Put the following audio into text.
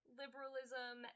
liberalism